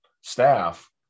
staff